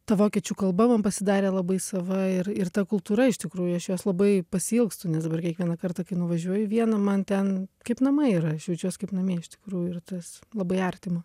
ta vokiečių kalba man pasidarė labai sava ir ir ta kultūra iš tikrųjų aš jos labai pasiilgstu nes dabar kiekvieną kartą kai nuvažiuoju į vieną man ten kaip namai ir aš jaučiuos kaip namie iš tikrųjų ir tas labai artima